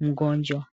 mgonjwa.